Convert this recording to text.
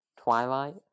Twilight